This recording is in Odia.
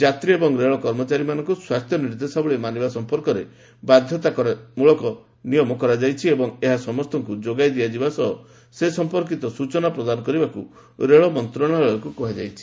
ଯାତ୍ରୀ ଏବଂ ରେଳ କର୍ମଚାରୀମାନଙ୍କୁ ସ୍ୱାସ୍ଥ୍ୟ ନିର୍ଦ୍ଦେଶାବଳୀ ମାନିବା ସମ୍ପର୍କରେ ବାଧତାମୂଳକ କରାଯାଇଛି ଏବଂ ଏହା ସମସ୍ତଙ୍କୁ ଯୋଗାଇ ଦିଆଯିବା ସହ ସେ ସମ୍ପର୍କିତ ସ୍ବଚନା ପ୍ରଦାନ କରିବାକ୍ ରେଳ ମନ୍ତ୍ରଣାଳୟକ୍ କୃହାଯାଇଛି